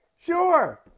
Sure